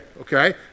okay